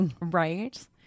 Right